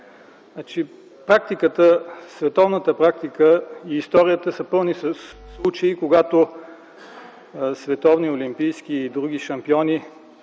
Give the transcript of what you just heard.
в спорта. Световната практика и историята са пълни със случаи, когато световни олимпийски и други шампиони